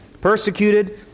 persecuted